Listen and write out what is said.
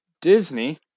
Disney